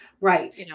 right